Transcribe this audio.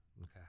Okay